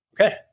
Okay